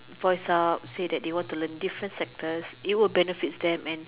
voice out say that they want to learn different sectors it will benefit them and